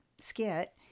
skit